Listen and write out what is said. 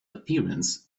appearance